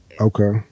Okay